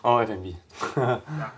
orh F&B